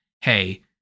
hey